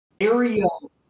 Ariel